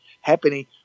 happening